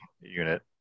unit